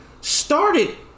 Started